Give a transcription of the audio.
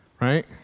right